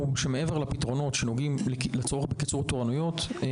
מעבר לפתרונות שנוגעים לקיצור התורנויות,